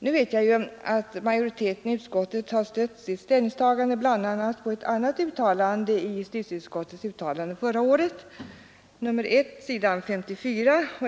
Nu vet jag att utskottsmajoriteten har stött sitt ställningstagande bl.a. på ett annat uttalande i justitieutskottets betänkande nr 1 förra året, s. 54.